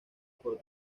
por